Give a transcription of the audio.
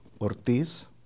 Ortiz